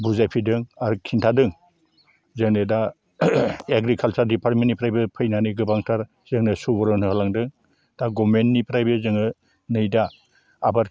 बुजायफैदों आरो खिन्थादों जोंनि दा एग्रिकालसार डिफारमेन्टनिफ्रायबो फैनानै गोबांथार जोंनो सुबुरुन होलांदों दा गरमेन्टनिफ्राय बे जोङो नै दा आबाद